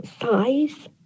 size